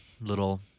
little